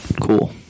Cool